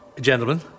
Gentlemen